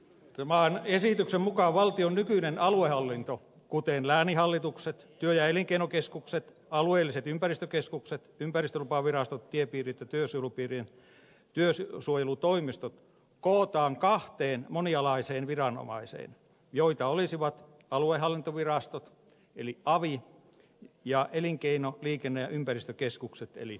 tämän esityksen mukaan valtion nykyinen aluehallinto kuten lääninhallitukset työ ja elinkeinokeskukset alueelliset ympäristökeskukset ympäristölupavirastot tiepiirit ja työsuojelutoimistot kootaan kahteen monialaiseen viranomaiseen joita olisivat aluehallintovirastot eli avit ja elinkeino liikenne ja ympäristökeskukset eli elyt